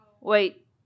Wait